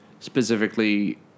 Specifically